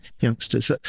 youngsters